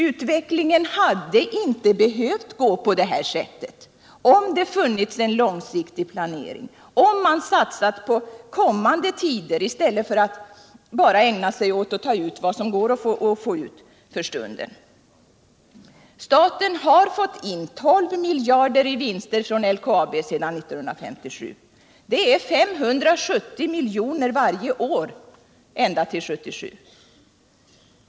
Utvecklingen hade inte behövt gå på detta sätt, om det funnits en långsiktig planering, om man satsat på kommande tider i stället för att bara ägna sig åt att ta ut vad som går att ta ut för stunden. Staten har fått in 12 miljarder i vinster från LKAB sedan 1957. Det är 570 miljoner varje år ända till 1977.